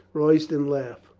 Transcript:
royston laughed.